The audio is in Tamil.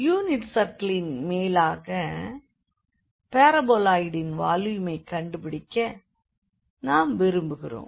யூனிட் சர்க்கிளின் மேலாக பாராபோலாய்டின் வால்யூமைக் கண்டுபிடிக்க நாம் விரும்புகிறோம்